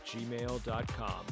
gmail.com